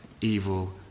evil